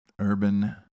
Urban